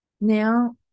now